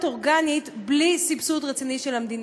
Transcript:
אורגנית בלי סבסוד רציני של המדינה,